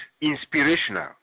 inspirational